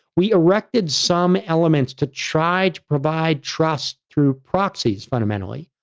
we erected some elements to try to provide trust through proxies fundamentally,